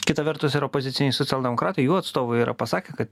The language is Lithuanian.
kita vertus ir opoziciniai socialdemokratai jų atstovai yra pasakę kad